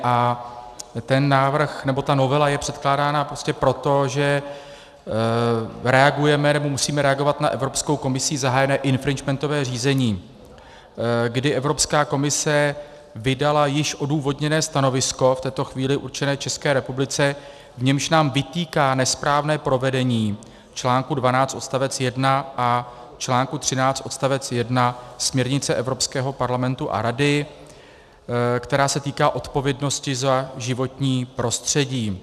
A ta novela je předkládána prostě proto, že reagujeme, nebo musíme reagovat na Evropskou komisí zahájené infringementové řízení, kdy Evropská komise vydala již odůvodněné stanovisko v této chvíli určené České republice, v němž nám vytýká nesprávné provedení čl. 12 odst. 1 a čl. 13 odst. 1 směrnice Evropského parlamentu a Rady, která se týká odpovědnosti za životní prostředí.